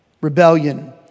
Rebellion